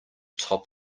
top